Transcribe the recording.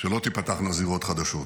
שלא תיפתחנה זירות חדשות.